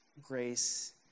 grace